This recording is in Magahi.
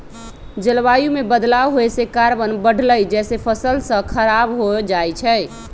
जलवायु में बदलाव होए से कार्बन बढ़लई जेसे फसल स खराब हो जाई छई